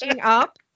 up